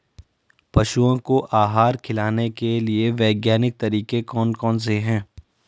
पशुओं को आहार खिलाने के लिए वैज्ञानिक तरीके कौन कौन से हैं?